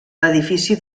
edifici